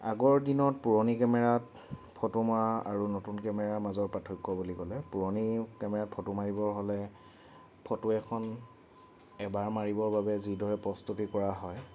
আগৰদিনত পুৰণি কেমেৰাত ফটো মৰা আৰু নতুন কেমেৰাৰ মাজত পাৰ্থক্য বুলি ক'লে পুৰণি কেমেৰাত ফটো মাৰিব হ'লে ফটো এখন এবাৰ মাৰিবৰ বাবে যিদৰে প্ৰস্তুতি কৰা হয়